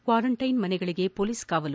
quarantine ಮನೆಗಳಿಗೆ police ಕಾವಲು